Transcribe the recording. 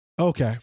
Okay